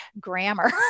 grammar